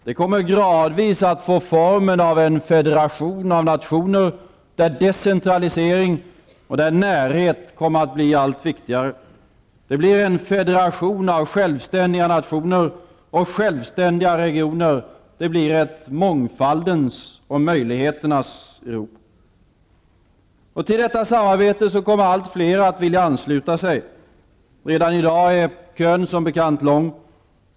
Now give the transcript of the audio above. Det kommer gradvis att få formen av en federation av nationer där decentralisering och närhet kommer att bli allt viktigare. Det blir en federation av självständiga nationer och självständiga regioner. Det blir ett mångfaldens och möjligheternas Europa. Till detta samarbete kommer allt fler att vilja ansluta sig. Redan i dag är kön som bekant lång.